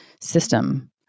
system